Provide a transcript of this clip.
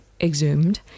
exhumed